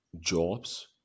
jobs